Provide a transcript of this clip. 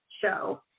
show